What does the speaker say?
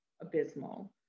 abysmal